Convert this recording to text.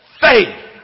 faith